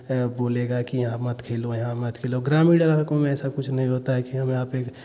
बोलेगा की यहाँ पर मत खेलो यहाँ मत खेलो ग्रामीण इलाकों में ऐसा कुछ नहीं होता है की यहाँ पर खेलेंगे